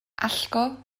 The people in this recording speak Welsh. allgo